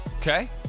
Okay